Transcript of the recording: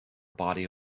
body